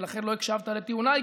ולכן לא הקשבת לטיעוניי,